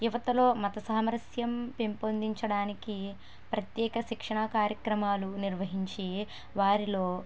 యువతలో మత సామరస్యం పెంపొందించడానికి ప్రత్యేక శిక్షణా కార్యక్రమాలు నిర్వహించి వారిలో